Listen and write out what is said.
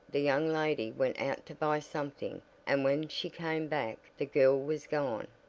the young lady went out to buy something and when she came back the girl was gone.